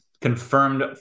confirmed